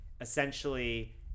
essentially